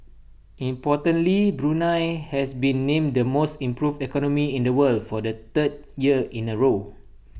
importantly Brunei has been named the most improved economy in the world for the third year in A row